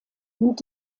nimmt